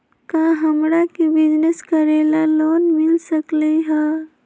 का हमरा के बिजनेस करेला लोन मिल सकलई ह?